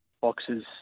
boxes